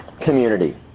Community